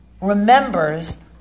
remembers